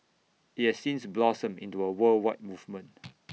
IT has since blossomed into A worldwide movement